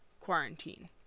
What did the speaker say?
quarantine